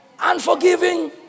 unforgiving